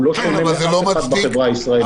הוא לא שולל את אף אחד בחברה הישראלית.